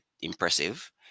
impressive